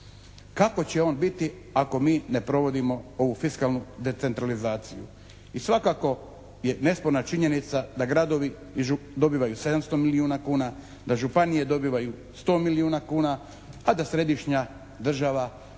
Kako će on biti ako mi ne provodimo ovu fiskalnu decentralizaciju i svakako je nesporna činjenica da gradovi dobivaju 700 milijuna kuna, da županije dobivaju 100 milijuna kuna, a da središnja država